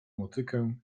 motykę